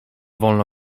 wolno